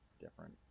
different